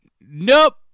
Nope